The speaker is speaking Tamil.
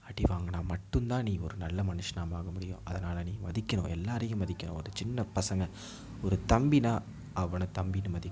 அடி வாங்கினா மட்டும் தான் நீ ஒரு நல்ல மனுஷனாக மாற முடியும் அதனால் நீ மதிக்கணும் எல்லாரையும் மதிக்கணும் ஒரு சின்ன பசங்க ஒரு தம்பினால் அவனை தம்பினு மதிக்கணும்